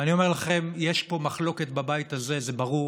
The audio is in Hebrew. ואני אומר לכם, יש פה מחלוקת בבית הזה, זה ברור,